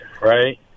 right